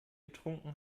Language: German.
getrunken